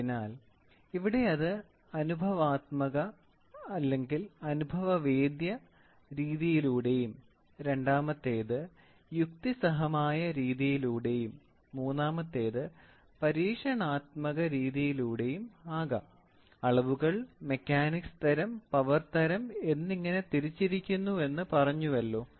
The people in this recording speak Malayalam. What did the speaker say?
അതിനാൽ ഇവിടെ അത് അനുഭവാത്മക അനുഭവേദ്യ രീതിയിലൂടെയും രണ്ടാമത്തേത് യുക്തിസഹമായ രീതിയിലൂടെയും മൂന്നാമത്തേത് പരീക്ഷണാത്മക രീതിയിലൂടെയും ആകാം അളവുകൾ മെക്കാനിക്സ് തരം പവർ തരം എന്നിങ്ങനെ തിരിച്ചിരിക്കുന്നു എന്ന് പറഞ്ഞുവല്ലോ